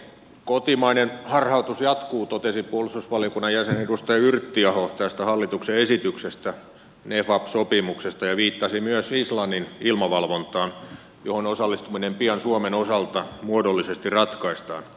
kotimainen harhautus jatkuu totesi puolustusvaliokunnan jäsen edustaja yrttiaho tästä hallituksen esityksestä nefab sopimuksesta ja viittasi myös islannin ilmavalvontaan johon osallistuminen pian suomen osalta muodollisesti ratkaistaan